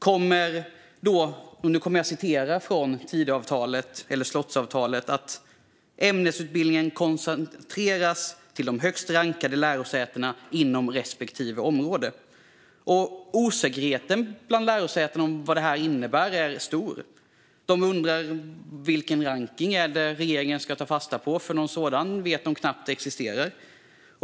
Ämneslärarutbildningen kommer enligt Tidöavtalet, eller slottsavtalet, att "koncentreras till de högst rankade lärosätena inom respektive område". Osäkerheten bland lärosätena om vad detta innebär är stor. De undrar vilken rankning det är som regeringen ska ta fasta på, för de vet knappt om någon sådan existerar.